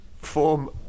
form